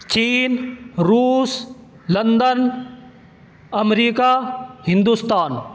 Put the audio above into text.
چین روس لندن امریکہ ہندوستان